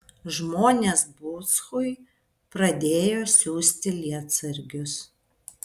žmonės bushui pradėjo siųsti lietsargius